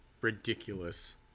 ridiculous